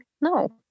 No